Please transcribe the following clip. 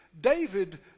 David